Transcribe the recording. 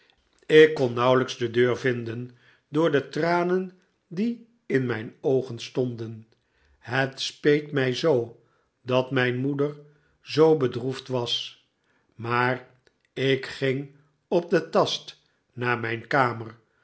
ik kon nauwelijks de deur vinden door de tranen die in mijn oogen stonden het speet mij zoo dat mijn moeder zoo bedroefd was j maar ik ging op den tast naar mijn kamer